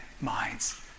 minds